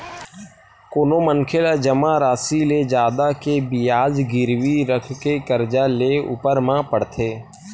कोनो मनखे ला जमा रासि ले जादा के बियाज गिरवी रखके करजा लेय ऊपर म पड़थे